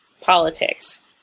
politics